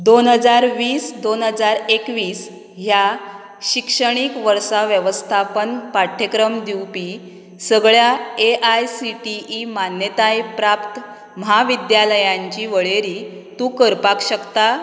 दोन हजार वीस दोन हजार एकवीस ह्या शिक्षणीक वर्सा वेवस्थापन पाठ्यक्रम दिवपी सगळ्या A I C T E मान्यताय प्राप्त म्हाविद्यालयांची वळेरी तूं करपाक शकता